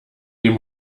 dem